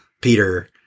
Peter